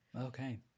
Okay